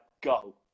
go